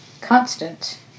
constant